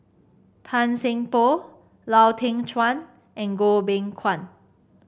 Tan Seng Poh Lau Teng Chuan and Goh Beng Kwan